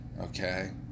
Okay